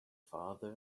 father